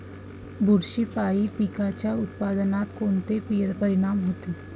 बुरशीपायी पिकाच्या उत्पादनात कोनचे परीनाम होते?